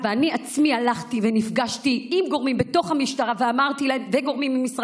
ואני עצמי הלכתי ונפגשתי עם גורמים בתוך המשטרה ועם גורמים ממשרד